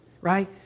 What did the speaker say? right